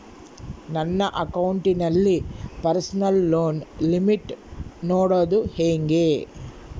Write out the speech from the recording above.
ನನ್ನ ಅಕೌಂಟಿನಲ್ಲಿ personal loan limit ನೋಡದು ಹೆಂಗೆ?